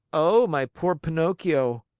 oh, my poor pinocchio!